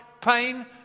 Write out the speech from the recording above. pain